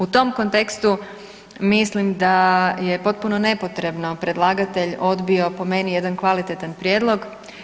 U tom kontekstu mislim da je potpuno nepotrebno predlagatelj odbio po meni jedan kvalitetan prijedlog.